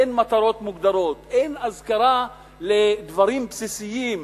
אין מטרות מוגדרות, אין הזכרה של דברים בסיסיים,